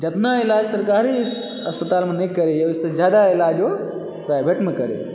जतना इलाज सरकारी अस्पतालमे नहि करैए ओहिसँ जादा इलाज ओ प्राइवेटमे करैए